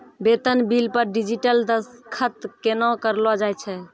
बेतन बिल पर डिजिटल दसखत केना करलो जाय छै?